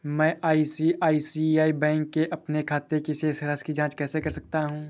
मैं ICICI bank के अपने खाते की शेष राशि की जाँच कैसे कर सकता हूँ?